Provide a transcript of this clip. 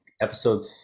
episode